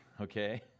okay